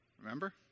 remember